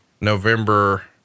November